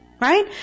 right